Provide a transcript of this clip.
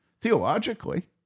theologically